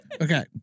Okay